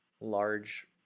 large